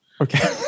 Okay